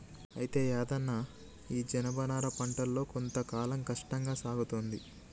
అయితే యాదన్న ఈ జనపనార పంటలో కొంత కాలం కష్టంగా సాగుతుంది